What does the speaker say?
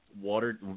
water